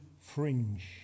fringe